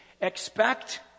expect